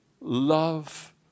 Love